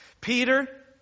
Peter